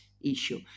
issue